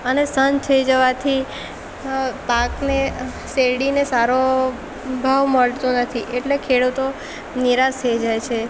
અને સાંજ થઈ જવાથી પાકને શેરડીને સારો ભાવ મળતો નથી એટલે ખેડૂતો નિરાશ થઈ જાય છે